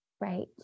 right